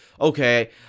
Okay